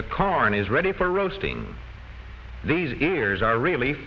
the current is ready for roasting these ears are really